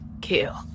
Kill